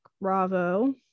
bravo